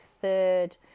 third